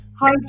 Hi